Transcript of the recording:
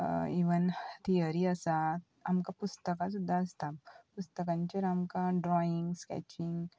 even theory आसा आमकां पुस्तकां सुद्दां आसता पुस्तकांचेर आमकां ड्रॉइंग स्कॅचिंग